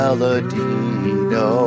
Aladino